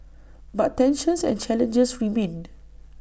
but tensions and challenges remain